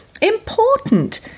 important